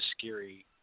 scary